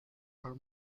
are